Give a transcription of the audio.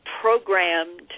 programmed